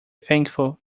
thankful